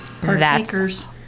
Partakers